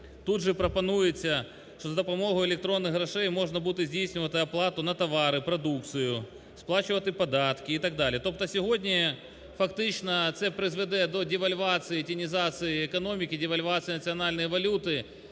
Тут же пропонується, що за допомогою електронних грошей можна буде здійснювати оплату на товари, продукцію, сплачувати податки і так далі. Тобто сьогодні фактично це призведе до девальвації, тінізації економіки, девальвації національної валюти.